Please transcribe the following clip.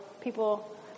people